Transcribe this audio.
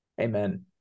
Amen